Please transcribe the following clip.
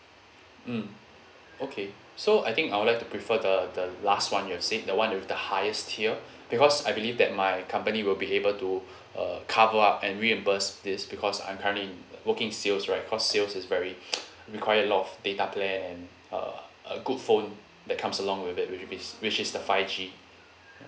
mm okay so I think I would like to prefer the the last [one] you have said the [one] with the highest tier because I believe that my company will be able to uh cover up and reimburse this because I'm currently working sales right cause sales is very require a lot of data plan uh a good phone that comes along with it with this which is the five G